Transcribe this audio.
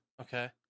Okay